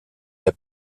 der